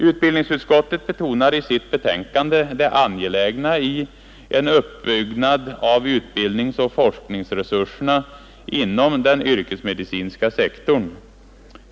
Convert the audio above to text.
Utbildningsutskottet betonar i sitt betänkande det angelägna i en uppbyggnad av utbildningsoch forskningsresurserna inom den yrkesme Nr 58 dicinska sektorn.